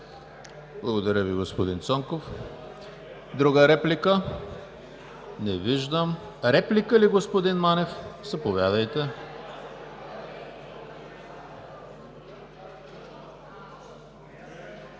Благодаря Ви, господин Цонков. Друга реплика? Реплика ли, господин Манев? Заповядайте.